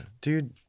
Dude